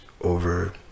over